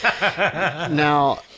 Now